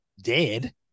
Dead